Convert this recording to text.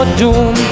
doom